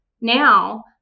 Now